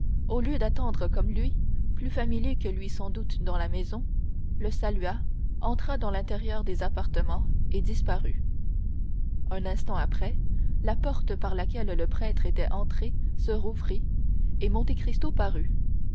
au lieu d'attendre comme lui plus familier que lui sans doute dans la maison le salua entra dans l'intérieur des appartements et disparut un instant après la porte par laquelle le prêtre était entré se rouvrit et monte cristo parut